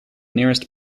nearest